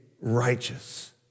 righteous